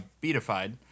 beatified